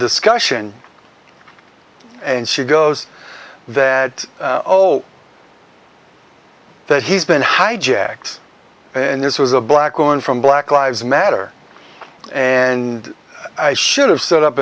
discussion and she goes that oh that he's been hijacked and this was a black woman from black lives matter and i should have s